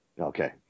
Okay